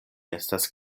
estas